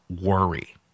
worry